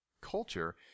culture